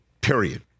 Period